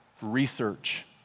research